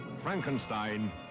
Frankenstein